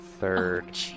third